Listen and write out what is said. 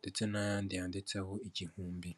ndetse n'ayandi yanditseho igihumbi.